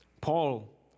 Paul